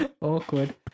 Awkward